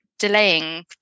delaying